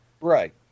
Right